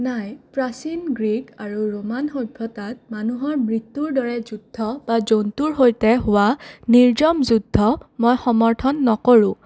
নাই প্ৰাচীন গ্ৰীক আৰু ৰোমান সভ্যতাত মানুহৰ মৃত্যুৰ দৰে যুদ্ধ বা জন্তুৰ সৈতে হোৱা নিৰ্মম যুদ্ধ মই সমৰ্থন নকৰোঁ